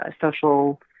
social